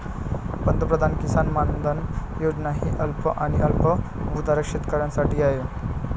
पंतप्रधान किसान मानधन योजना ही अल्प आणि अल्पभूधारक शेतकऱ्यांसाठी आहे